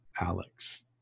Alex